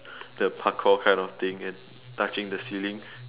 the parkour kind of thing and touching the ceiling